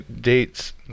date's